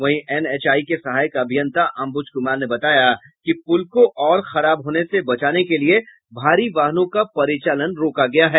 वहीं एनएचआई के सहायक अभियंता अंबुज कुमार ने बताया कि पूल को और खराब होने से बचाने के लिये भारी वाहनों का परिचालन रोका गया है